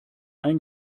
ein